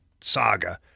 saga